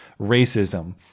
racism